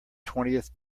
twentieth